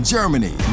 Germany